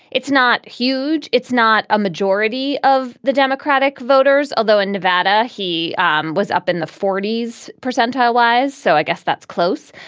it's not huge. it's not a majority of the democratic voters, although in nevada, he um was up in the forty s percentage wise. so i guess that's close,